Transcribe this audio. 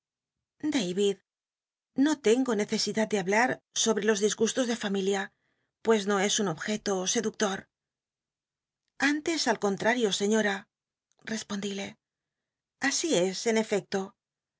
no tengo necesidad de hablat sobre los disgustos de fami lia pues no es un objeto seductor antes al conttario señora tespondilc así es en efecto